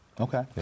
Okay